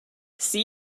see